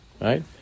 Right